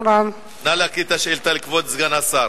נא להקריא את השאילתא לכבוד סגן השר.